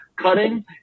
cutting